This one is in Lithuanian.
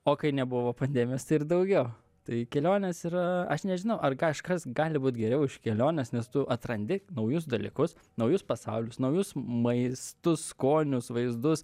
o kai nebuvo pandemijos tai ir daugiau tai kelionės yra aš nežinau ar kažkas gali būt geriau už keliones nes tu atrandi naujus dalykus naujus pasaulius naujus maistus skonius vaizdus